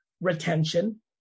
Retention